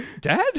Dad